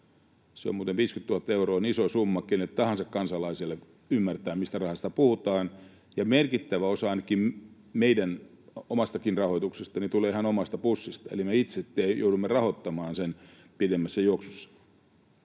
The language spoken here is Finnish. on muuten iso summa kenelle tahansa kansalaiselle, joten ymmärtää, mistä rahasta puhutaan, ja merkittävä osa ainakin omasta rahoituksestani tulee ihan omasta pussista, eli me itse joudumme rahoittamaan sen pitemmässä juoksussa.